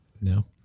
No